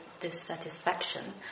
dissatisfaction